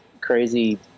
crazy